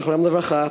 זכרם לברכה,